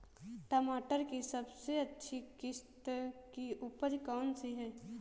टमाटर की सबसे अच्छी किश्त की उपज कौन सी है?